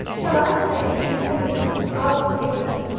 shall i say, be penitent, ask forgiveness,